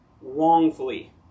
wrongfully